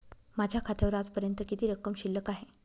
माझ्या खात्यावर आजपर्यंत किती रक्कम शिल्लक आहे?